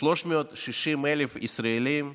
360,000 ישראלים,